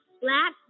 Black